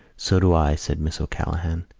so do i, said miss o'callaghan.